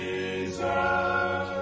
Jesus